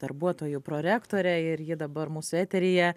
darbuotojų prorektorė ir ji dabar mūsų eteryje